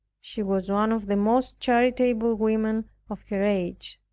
she was one of the most charitable women of her age.